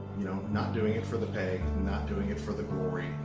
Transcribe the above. you know, not doing it for the pay, not doing it for the glory,